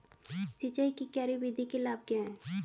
सिंचाई की क्यारी विधि के लाभ क्या हैं?